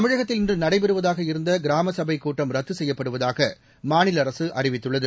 தமிழகத்தில் இன்று நடைபெறுவதாக இருந்த கிராமசபைக் கூட்டம் ரத்து செய்யப்படுவதாக மாநில அரசு அறிவித்துள்ளது